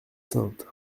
sainte